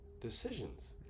decisions